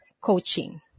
coaching